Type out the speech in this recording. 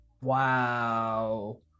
Wow